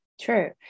True